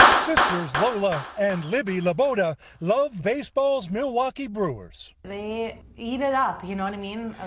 sisters lola and libby love but love baseball's milwaukee brewers. they eat it up, you know what i mean.